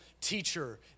teacher